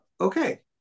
Okay